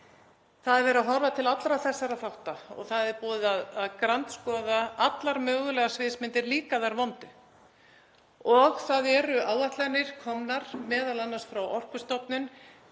Það er verið að horfa til allra þessara þátta og það er búið að grandskoða allar mögulegar sviðsmyndir, líka þær vondu. Það eru áætlanir komnar, m.a. frá Orkustofnun,